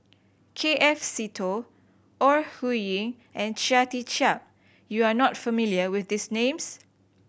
K F Seetoh Ore Huiying and Chia Tee Chiak You are not familiar with these names